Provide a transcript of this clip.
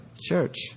Church